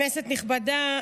כנסת נכבדה,